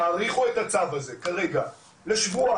תאריכו את הצו הזה כרגע לשבועיים,